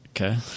Okay